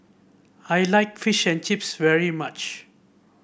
I like Fish and Chips very much